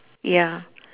ya